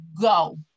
go